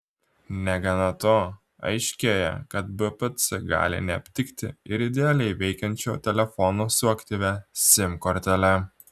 negana to aiškėja kad bpc gali neaptikti ir idealiai veikiančio telefono su aktyvia sim kortele